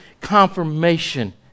confirmation